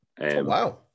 Wow